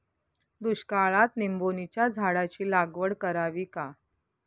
दुष्काळात निंबोणीच्या झाडाची लागवड करावी का?